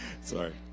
sorry